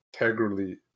integrally